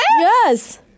yes